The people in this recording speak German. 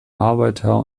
arbeiter